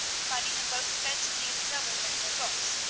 finding them both bent nearly double over their books,